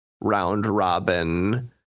round-robin